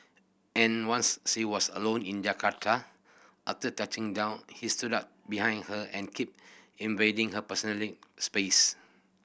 and once she was alone in Jakarta after touching down he stood behind her and kept invading her personally space